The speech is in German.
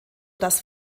dass